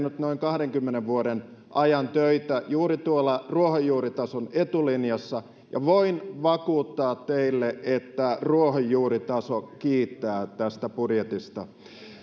noin kahdenkymmenen vuoden ajan töitä juuri tuolla ruohonjuuritason etulinjassa ja voin vakuuttaa teille että ruohonjuuritaso kiittää tästä budjetista